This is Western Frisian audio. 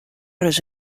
ris